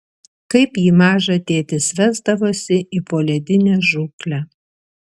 kaip jį mažą tėtis vesdavosi į poledinę žūklę